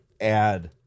add